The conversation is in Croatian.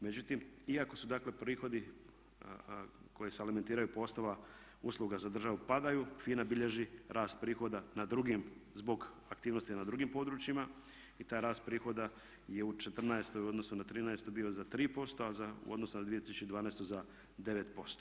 Međutim, iako su dakle prihodi koji se alimentiraju po osnovama usluga za državu padaju FINA bilježi rast prihoda na drugim zbog aktivnosti na drugim područjima i taj rast prihoda je u '14. u odnosu na '13. bio za 3%, a u odnosu na 2012. za 9%